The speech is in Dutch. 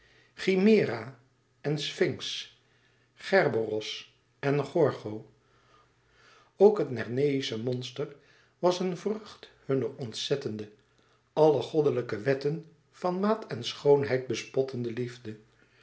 chimæra en sfynx kerberos en gorgo ook het nerneïsche monster was een vrucht hunner ontzettende alle goddelijke wetten van maat en schoonheid bespottende liefde